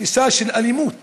התפיסה של אלימות